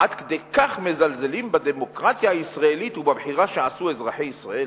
עד כדי כך מזלזלים בדמוקרטיה הישראלית ובבחירה שעשו אזרחי ישראל?